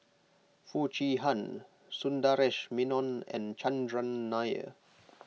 Foo Chee Han Sundaresh Menon and Chandran Nair